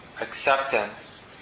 acceptance